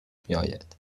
میآید